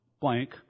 blank